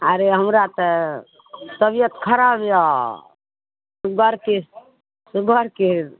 अरे हमरा तऽ तबियत खराब यऽ सुगरके सुगर केर